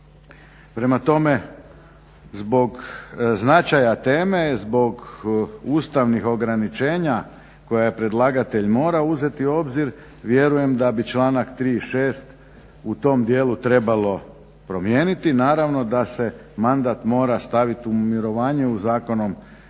Prema tome. Zbog značaja teme, zbog ustavnih ograničenja koja predlagatelj mora uzeti u obzir vjerujem da bi članak 3. i 6. u tom dijelu trebalo promijeniti. Naravno da se mandat mora staviti u mirovanje u zakonom